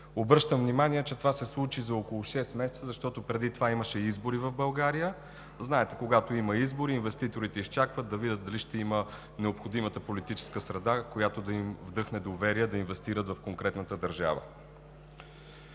Обръщам внимание, че това се случи за около шест месеца, защото преди това имаше избори в България. Знаете, че когато има избори, инвеститорите изчакват да видят дали ще има необходимата политическа среда, която да им вдъхне доверие да инвестират в конкретната държава.